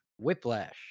Whiplash